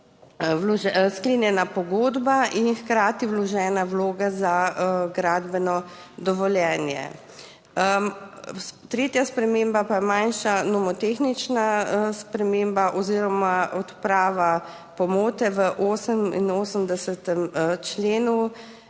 sklenjena pogodba in hkrati vložena vloga za gradbeno dovoljenje. Tretja sprememba pa je manjša nomotehnična sprememba oziroma odprava pomote v 88. členu,